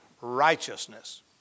Righteousness